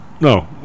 No